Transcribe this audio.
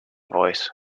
voice